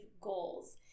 goals